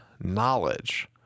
knowledge